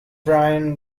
brian